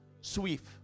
Swift